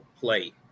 play